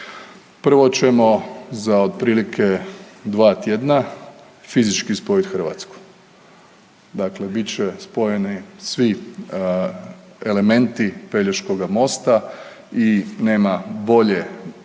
Prvo ćemo za otprilike dva tjedna fizički spojiti Hrvatsku, dakle bit će spojeni svi elementi Pelješkoga mosta i nema boljeg